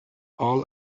all